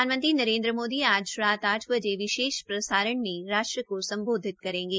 प्रधानमंत्री नरेन्द्र मोदी आज राज आठ बजे विशेष प्रसारण में राष्ट्र को सम्बोधित करेंगे